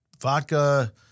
vodka